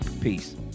Peace